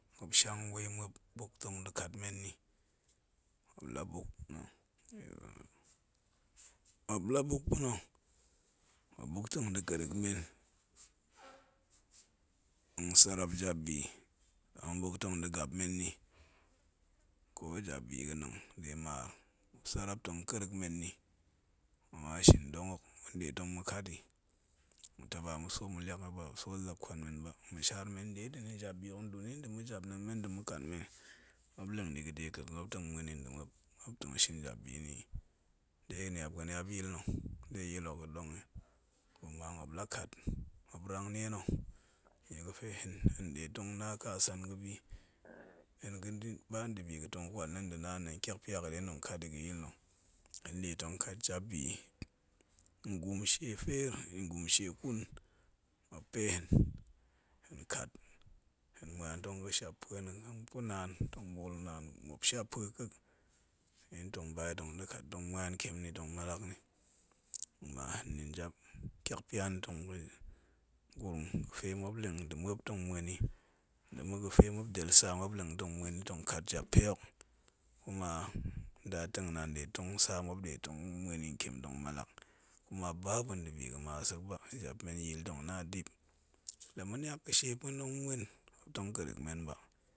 Muop shang weel muop buk da̱ kat men nni muop la buk muop la buk pa̱na̱ muop buk tong da̱ kerrek neb tong sarap jabbi tong buk tong da̱ gap men nni, ko jabbi ga̱nang de maar, muop sarap tong kerrek men nni, kuma shindong hok ma̱nɗe tong ma̱kat yi, ma̱ taa kwan men bap mashabar, men nɗeɗi nda̱a̱n jabbi hok nduni nda̱ ma̱jap na̱a̱n men nda̱ ma̱kan men muop nleng ɗi ga̱dekek muop tong muen yi nda̱ muop muop tong ghin jabbi nna̱ yi de niap ga̱niap yil nna̱, ɗe yil hok ga̱ɗa̱ng yi kuma muop lakat muop rangnie na̱, nnie ga̱fe hen, hen nɗe tong na kasan ga̱bi, hen ga̱nda̱ ba nda̱bi ga̱tong kwal na̱ nda̱ naan nɗa̱a̱n tyakpya ga̱ɗe na̱ tong kat yi ga̱yil nna̱, hen nɗe tong kat jabbi yi, ngum shie fer, ngum shie kun, muop pa̱ hen, hen kat hen muan tong ga̱ shappue na̱ tong pa̱ naan tong 2oolnan, muop shappue kek, ɗe hen tong ba yi tong da̱kat nni, kuma hen nin jab tyak pya tong pa̱ gurum ga̱fe muop nleng nda̱ muop tong muen yi, nda̱ma̱ ga̱fe muop del tsa muop nleng tong muen yi tong kat jab pe hok, kuma ndatengnaam nde nung tisu yu muop nɗe tong muen yi ntiem tong mallak, kuma baba nda̱bi, gama sek ba, jap men ya̱a̱l tong na̱ dip, la ma̱niak ga̱shie pa̱n ma̱ muen, muop tong kerrek men ba.